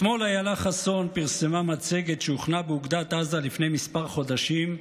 אתמול אילה חסון פרסמה מצגת שהוכנה באוגדת עזה לפני כמה חודשים,